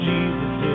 Jesus